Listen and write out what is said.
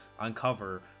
uncover